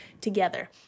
together